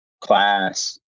class